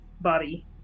body